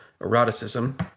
eroticism